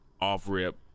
off-rip